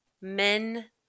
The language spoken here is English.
men